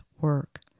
work